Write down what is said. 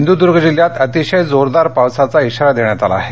सिंधुदर्ग जिल्ह्यात अतिशय जोरदार पावसाचा इशारा देण्यात आला आहे